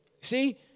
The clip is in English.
See